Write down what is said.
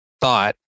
thought